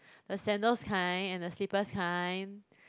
the sandals kind and the slippers kind